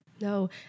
no